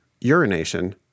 urination